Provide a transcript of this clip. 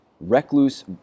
Recluse